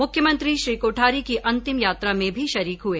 मुख्यमंत्री श्री कोठारी की अंतिम यात्रा में भी शरीक हुए